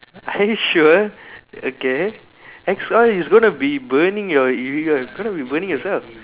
are you sure okay axe oil is gonna be burning your you're gonna be burning yourself